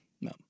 No